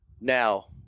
Now